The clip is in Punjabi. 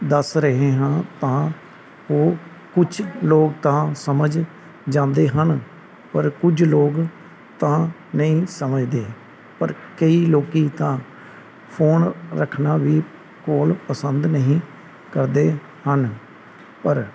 ਦੱਸ ਰਹੇ ਹਾਂ ਤਾਂ ਉਹ ਕੁਝ ਲੋਕ ਤਾਂ ਸਮਝ ਜਾਂਦੇ ਹਨ ਪਰ ਕੁਝ ਲੋਕ ਤਾਂ ਨਹੀਂ ਸਮਝਦੇ ਪਰ ਕਈ ਲੋਕ ਤਾਂ ਫੋਨ ਰੱਖਣਾ ਵੀ ਕੋਲ ਪਸੰਦ ਨਹੀਂ ਕਰਦੇ ਹਨ ਪਰ